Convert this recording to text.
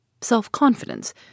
Self-confidence